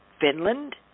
Finland